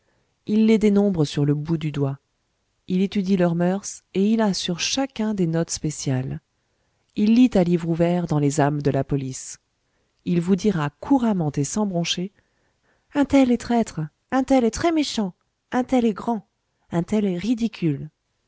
il les dénombre sur le bout du doigt il étudie leurs moeurs et il a sur chacun des notes spéciales il lit à livre ouvert dans les âmes de la police il vous dira couramment et sans broncher un tel est traître un tel est très méchant un tel est grand un tel est ridicule